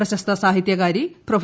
പ്രശസ്ത സാഹിത്യ കാരി പ്രൊഫ